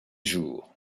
jour